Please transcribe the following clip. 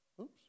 oops